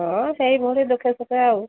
ହଁ ସେଇ ଭଳି ଦୁଃଖେ ସୁଖେ ଆଉ